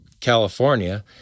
California